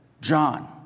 John